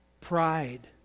pride